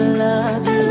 love